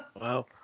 Wow